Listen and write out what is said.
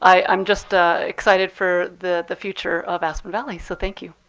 i'm just ah excited for the the future of aspen valley, so thank you.